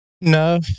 No